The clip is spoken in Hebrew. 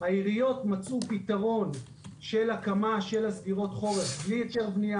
העיריות מצאו פתרון של הקמה של סגירות חורף בלי היתר בנייה.